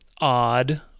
odd